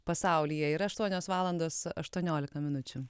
pasaulyje yra aštuonios valandos aštuoniolika minučių